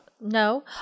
No